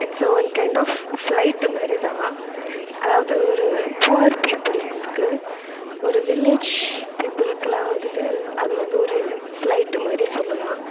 it's one kind of flight மாதிரி தான் அதாவது ஒரு புவர் பீப்புல்ஸ்க்கு ஒரு வில்லேஜ் பீப்பில்க்கெலாம் வந்துட்டு அது வந்து ஒரு ஃபிளைட்டு மாதிரி சொல்லலாம்